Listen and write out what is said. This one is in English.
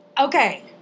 Okay